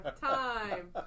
time